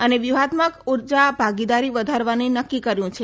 અને વ્યૂહાત્મક ઉર્જા ભાગીદારી વધારવાની નક્કી કર્યું છે